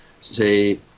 say